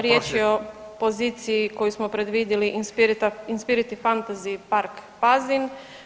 Riječ je o poziciji koju smo predvidjeli Inspirit Fantasy park Pazin.